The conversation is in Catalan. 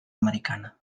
americana